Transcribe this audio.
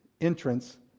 entrance